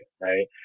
right